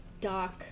dark